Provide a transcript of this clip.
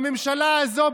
בממשלה הזו,